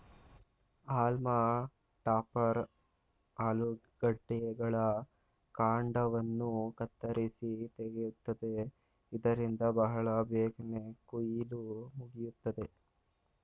haulm topper ಆಲೂಗಡ್ಡೆಗಳ ಕಾಂಡವನ್ನು ಕತ್ತರಿಸಿ ತೆಗೆಯುತ್ತದೆ ಇದರಿಂದ ಬಹಳ ಬೇಗನೆ ಕುಯಿಲು ಮುಗಿಯುತ್ತದೆ